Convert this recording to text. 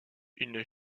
une